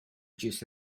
juice